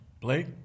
Blake